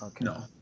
no